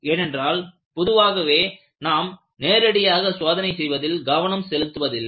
ஏனென்றால் பொதுவாகவே நாம் நேரடியாக சோதனை செய்வதில் கவனம் செலுத்துவதில்லை